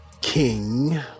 king